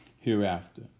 hereafter